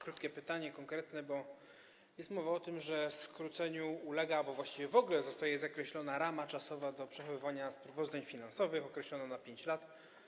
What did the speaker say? Krótkie pytanie, konkretne, bo jest mowa o tym, że skróceniu ulega albo właściwie w ogóle zostaje zakreślona rama czasowa w przypadku przechowywania sprawozdań finansowych, która jest określona na 5 lat.